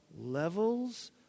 levels